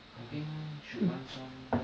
I think should run some